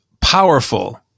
powerful